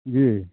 जी